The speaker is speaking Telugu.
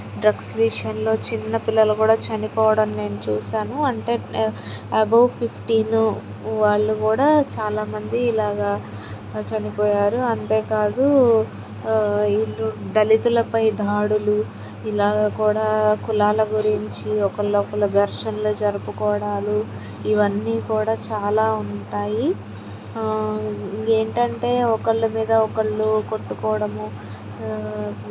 డ్రగ్స్ విషయంలో చిన్న పిల్లలు కూడా చనిపోవడం నేను చూశాను అంటే అబవ్ ఫిఫ్టీన్ వాళ్ళు కూడా చాలామంది ఇలాగ చనిపోయారు అంతేకాదు దళితులపై దాడులు ఇలా కూడా కులాల గురించి ఒకరు ఒకరు ఘర్షణలు జరుపుకోవడం ఇవన్నీ కూడా చాలా ఉంటాయి ఏంటంటే ఒకరి మీద ఒకరు కొట్టుకోవడము